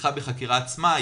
הפתיחה בחקירה עצמה,